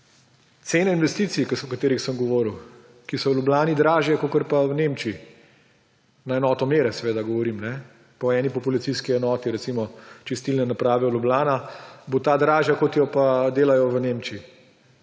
Cene investicij, o katerih sem govoril, ki so v Ljubljani dražje kakor pa v Nemčiji, na enoto mere seveda govorim. Po eni populacijski enoti recimo čistilne naprave Ljubljana bo ta dražja, kot jo pa delajo v Nemčiji.